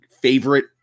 favorite